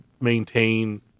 maintain